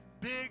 big